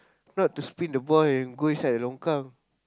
not to spin the ball and go inside the longkang